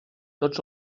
tots